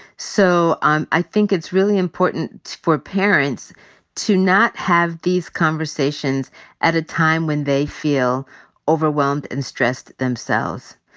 so and i think it's really important for parents to not have these conversations at a time when they feel overwhelmed and stressed themselves.